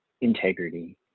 integrity